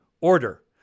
order